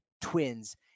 Twins